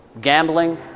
gambling